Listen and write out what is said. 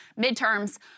midterms